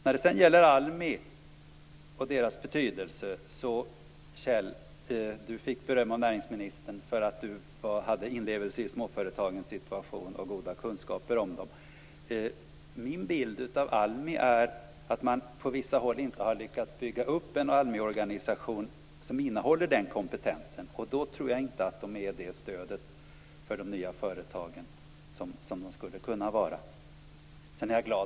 När det sedan gäller ALMI:s betydelse vill jag säga att Kjell Ericsson fick beröm av näringsministern för att han hade inlevelse i och goda kunskaper om småföretagens situation. Min bild är dock den att man på vissa håll inte har lyckats bygga upp en ALMI organisation som innehåller en sådan kompetens. I sådana fall tror jag inte att ALMI blir ett sådant stöd som det skulle kunna vara för de nya företagen.